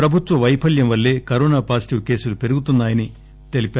ప్రభుత్వ వైఫల్యం వల్లే కరోనా పాజిటివ్ కేసులు పెరుగుతున్నా యని చెప్పారు